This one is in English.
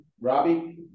Robbie